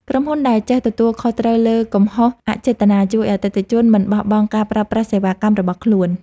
ក្រុមហ៊ុនដែលចេះទទួលខុសត្រូវលើកំហុសអចេតនាជួយឱ្យអតិថិជនមិនបោះបង់ការប្រើប្រាស់សេវាកម្មរបស់ខ្លួន។